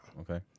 okay